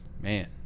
man